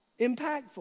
impactful